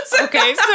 Okay